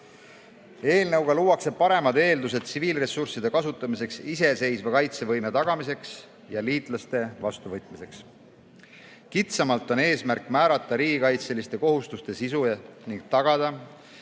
Eelnõuga luuakse paremad eeldused tsiviilressursside kasutamiseks iseseisva kaitsevõime tagamisel ja liitlaste vastuvõtmisel. Kitsamalt on eesmärk määrata riigikaitseliste kohustuste sisu ning tagada,